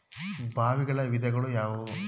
ಬಾವಿಗಳ ವಿಧಗಳು ಯಾವುವು?